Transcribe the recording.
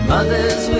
Mothers